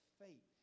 faith